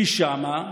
כי שם,